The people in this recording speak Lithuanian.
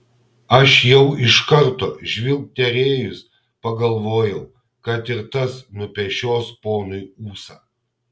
aš jau iš karto žvilgterėjus pagalvojau kad ir tas nupešios ponui ūsą